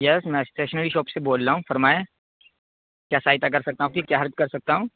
یس میں stationery shop سے بول رہا ہوں فرمائیں کیا سہایتا کر سکتا ہوں آپ کی کیا ہیلپ کر سکتا ہوں